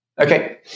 okay